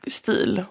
stil